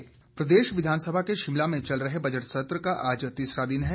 budget सत्र प्रदेश विधानसभा के शिमला में चल रहे बजट सत्र का आज तीसरा दिन है